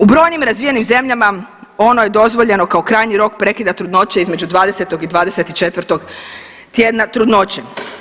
U brojnim razvijenim zemljama, ono je dozvoljeno kao krajnji rok prekida trudnoće između 20. i 24. tjedna trudnoće.